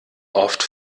oft